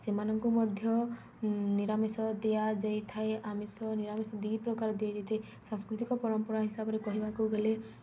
ସେମାନଙ୍କୁ ମଧ୍ୟ ନିରାମିଷ ଦିଆଯାଇଥାଏ ଆମିଷ ନିରାମିଷ ଦୁଇ ପ୍ରକାର ଦିଆଯାଇଥାଏ ସାଂସ୍କୃତିକ ପରମ୍ପରା ହିସାବରେ କହିବାକୁ ଗଲେ